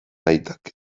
aitak